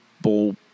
ball